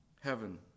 heaven